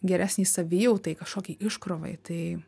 geresnei savijautai kažkokiai iškrovai tai